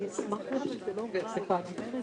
אני אעבור עכשיו